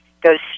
goes